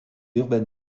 urbaine